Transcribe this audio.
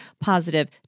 positive